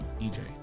EJ